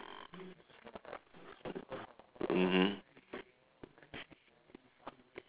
mmhmm